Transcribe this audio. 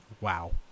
wow